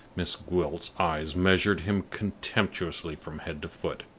miss gwilt's eyes measured him contemptuously from head to foot.